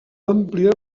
àmplia